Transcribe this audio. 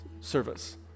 service